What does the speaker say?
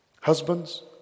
Husbands